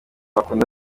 bakunda